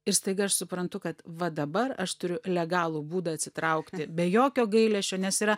ir staiga aš suprantu kad va dabar aš turiu legalų būdą atsitraukti be jokio gailesčio nes yra